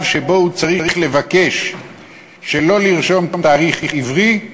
שבו הוא צריך לבקש שלא לרשום תאריך עברי,